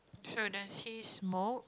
so you don't see smoke